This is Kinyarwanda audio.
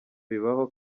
bibaho